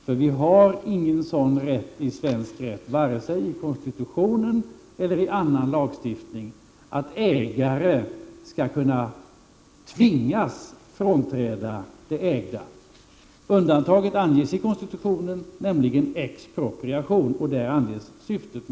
Det finns nämligen inte någon sådan rätt enligt vare sig konstitutionen eller annan lagstiftning, dvs. att ägaren skall kunna tvingas frånträda det ägda. Undantaget anges i konstitutionen, nämligen expropriation, och där anges syftet.